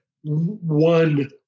one